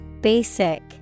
Basic